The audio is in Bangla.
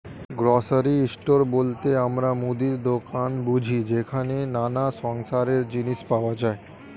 গ্রোসারি স্টোর বলতে আমরা মুদির দোকান বুঝি যেখানে নানা সংসারের জিনিস পাওয়া যায়